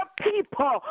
people